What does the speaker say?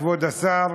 כבוד השר,